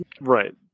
Right